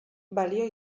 balio